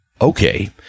Okay